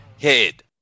head